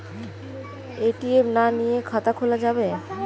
ATM না নিয়ে খাতা খোলা যাবে?